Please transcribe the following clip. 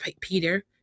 Peter